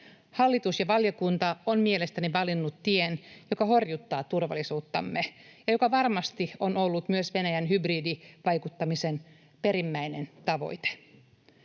Hallitus ja valiokunta ovat mielestäni valinneet tien, joka horjuttaa turvallisuuttamme ja joka varmasti on ollut myös Venäjän hybridivaikuttamisen perimmäinen tavoite.